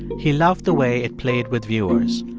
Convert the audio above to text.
he loved the way it played with viewers.